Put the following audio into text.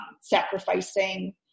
sacrificing